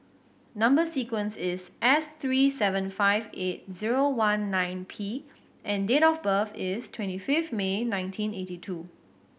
number sequence is S three seven five eight zero one nine P and date of birth is twenty fifth May nineteen eighty two